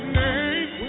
name